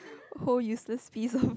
whole uses piece of